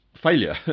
Failure